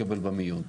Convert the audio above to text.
יתקבל במיון.